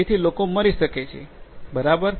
જેથી લોકો મરી શકે છે બરાબર